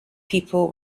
people